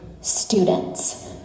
students